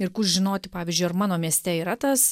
ir kur žinoti pavyzdžiui ar mano mieste yra tas